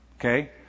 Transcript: Okay